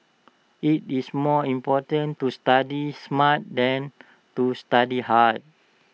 IT is more important to study smart than to study hard